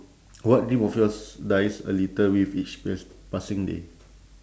what dream of yours dies a little with each p~ passing day